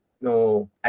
no